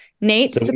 Nate